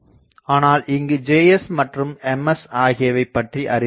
ஆனால் இங்கு Js மற்றும் Ms ஆகியவை பற்றி அறிதல் வேண்டும்